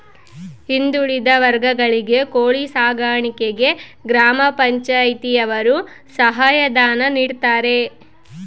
ಹಿಂದುಳಿದ ವರ್ಗಗಳಿಗೆ ಕೋಳಿ ಸಾಕಾಣಿಕೆಗೆ ಗ್ರಾಮ ಪಂಚಾಯ್ತಿ ಯವರು ಸಹಾಯ ಧನ ನೀಡ್ತಾರೆ